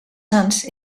sants